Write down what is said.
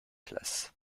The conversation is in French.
classe